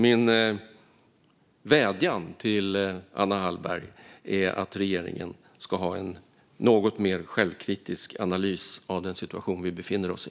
Min vädjan till Anna Hallberg är att regeringen ska göra en något mer självkritisk analys av den situation vi befinner oss i.